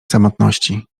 samotności